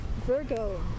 Virgo